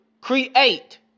create